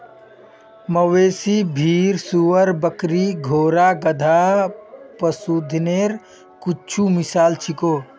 मवेशी, भेड़, सूअर, बकरी, घोड़ा, गधा, पशुधनेर कुछु मिसाल छीको